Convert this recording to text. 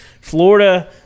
Florida